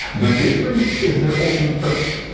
the difference is their ultimate purpose.